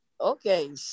Okay